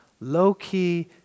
low-key